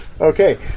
Okay